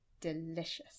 delicious